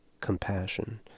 compassion